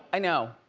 ah know.